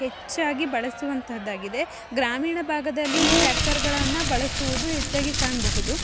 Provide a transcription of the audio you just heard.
ಹೆಚ್ಚಾಗಿ ಬಳಸುವಂತಹದ್ದಾಗಿದೆ ಗ್ರಾಮೀಣ ಭಾಗದಲ್ಲಿ ಈ ಟ್ಯಾಕ್ಟರ್ಗಳನ್ನು ಬಳಸುವುದು ಹೆಚ್ಚಾಗಿ ಕಾಣಬಹುದು